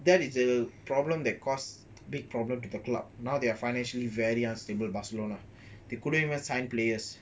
that is the problem that caused big problem to the club now they are financially very unstable barcelona they couldn't even sign players